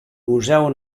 museu